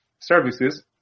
services